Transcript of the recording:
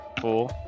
four